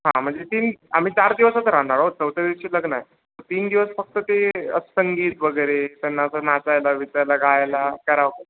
हां म्हणजे तीन आम्ही चार दिवसच राहणार आहो चौथ्या दिवशी लग्न आहे तीन दिवस फक्त ते संगीत वगैरे त्यांना असं नाचायला विचा गायला करावं लागतं